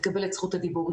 תקבל ראשונה את זכות הדיבור.